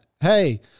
Hey